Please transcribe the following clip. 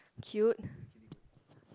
cute